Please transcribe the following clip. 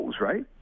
right